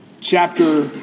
chapter